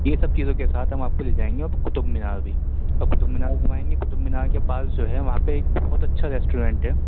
یہ سب چیزوں کے ساتھ ہم آپ کو لے جائیں گے اب قطب مینار بھی اور قطب مینار گھمائیں گے قطب مینار کے پاس جو ہے وہاں پہ ایک بہت اچھا ریسٹورینٹ ہے